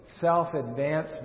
self-advancement